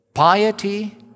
Piety